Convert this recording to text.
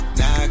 now